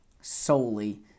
solely